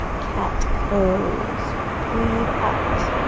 cat pose. breathe out.